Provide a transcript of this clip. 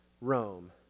Rome